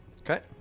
Okay